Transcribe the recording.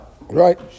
right